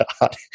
God